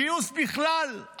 גיוס בכלל,